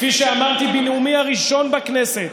כפי שאמרתי בנאומי הראשון בכנסת,